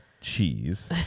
cheese